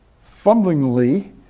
fumblingly